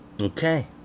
Okay